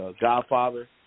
godfather